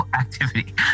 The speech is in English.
activity